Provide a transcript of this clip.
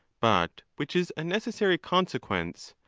but which is a necessary consequence,